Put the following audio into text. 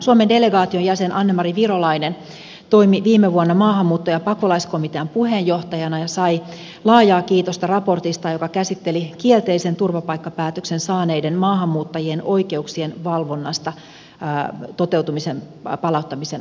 suomen delegaation jäsen anne mari virolainen toimi viime vuonna maahanmuutto ja pakolaiskomitean puheenjohtajana ja sai laajaa kiitosta raportista joka käsitteli kielteisen turvapaikkapäätöksen saaneiden maahanmuuttajien oikeuksien valvonnan toteutumista palauttamisen aikana